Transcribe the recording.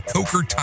Coker